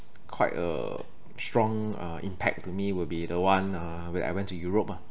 quite a strong uh impact to me will be the one uh where I went to Europe ah